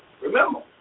remember